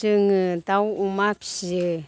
जोङो दाउ अमा फियो